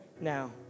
now